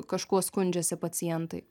kažkuo skundžiasi pacientai